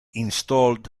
installed